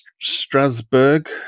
Strasbourg